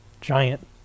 giant